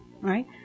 right